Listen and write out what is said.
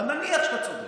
אבל נניח שאתה צודק,